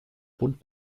bund